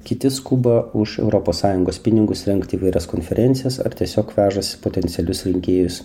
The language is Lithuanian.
kiti skuba už europos sąjungos pinigus rengti įvairias konferencijas ar tiesiog vežasi potencialius rinkėjus